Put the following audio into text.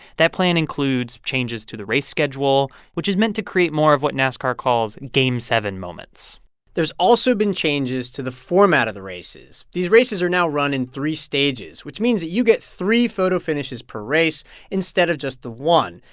that plan includes changes to the race schedule, which is meant to create more of what nascar calls game seven moments there's also been changes to the format of the races. these races are now run in three stages, stages, which means that you get three photo finishes per race instead of just the one.